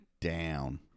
down